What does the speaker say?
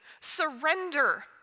Surrender